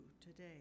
today